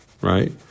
right